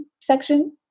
section